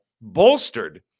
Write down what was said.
bolstered